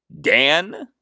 Dan